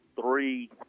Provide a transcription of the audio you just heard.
Three